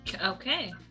Okay